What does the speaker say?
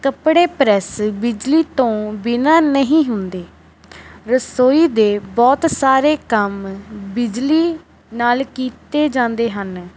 ਕੱਪੜੇ ਪ੍ਰੈਸ ਬਿਜਲੀ ਤੋਂ ਬਿਨਾਂ ਨਹੀਂ ਹੁੰਦੇ ਰਸੋਈ ਦੇ ਬਹੁਤ ਸਾਰੇ ਕੰਮ ਬਿਜਲੀ ਨਾਲ ਕੀਤੇ ਜਾਂਦੇ ਹਨ